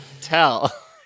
tell